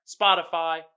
Spotify